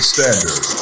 Standard